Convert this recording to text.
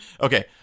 okay